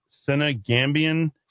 Senegambian